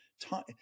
time